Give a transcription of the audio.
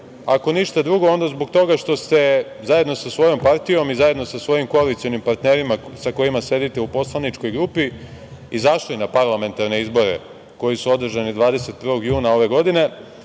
ako ništa drugo onda zbog toga što ste zajedno sa svojom partijom i zajedno sa svojim koalicionim partnerima sa kojima sedite u poslaničkoj grupi izašli na parlamentarne izbore, koji su održani 21. juna ove godine